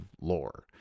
lore